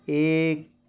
ایک